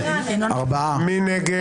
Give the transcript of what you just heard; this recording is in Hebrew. מי נגד?